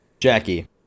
Jackie